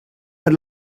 per